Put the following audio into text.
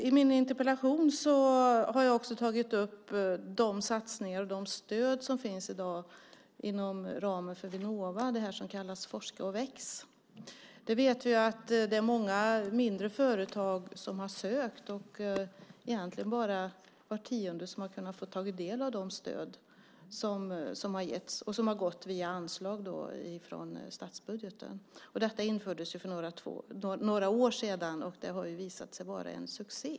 I min interpellation har jag tagit upp de satsningar och de stöd som i dag finns inom ramen för Vinnova, det som kallas Forska och väx. Vi vet att många mindre företag har sökt och att bara var tionde har kunnat få ta del av de stöd som har getts, som har gått via anslag från statsbudgeten. Detta infördes för några år sedan och har visat sig vara en succé.